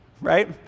right